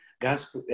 gas